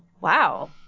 Wow